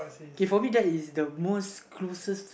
K for me that is the most closest